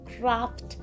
craft